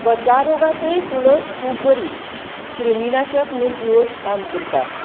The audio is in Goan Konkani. बचारोगाकय तुळस खूब बरी क्रिमी नाशक म्हणून तुळस काम करता